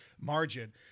margin